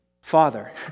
Father